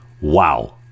Wow